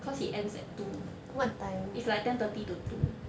cause he ends at two is like ten thirty to two